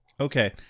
Okay